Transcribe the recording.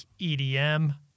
EDM